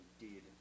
indeed